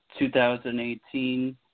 2018